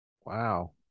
Wow